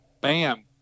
Bam